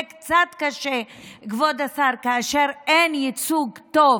זה קצת קשה, כבוד השר, כאשר אין ייצוג טוב